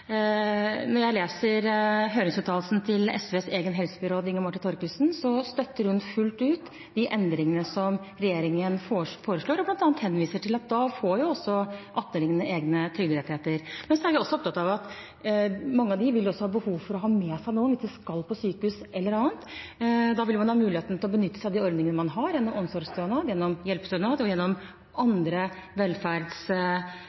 Når jeg leser høringsuttalelsen til SVs egen helsebyråd, Inga Marte Thorkildsen, støtter hun fullt ut de endringene som regjeringen foreslår, og henviser bl.a. til at da får også 18-åringene egne trygderettigheter. Men så er vi opptatt av at mange av dem også vil ha behov for å ha med seg noen hvis de skal på sykehus eller annet. Da vil man ha muligheten til å benytte seg av de ordningene man har, gjennom omsorgsstønad, gjennom hjelpestønad og gjennom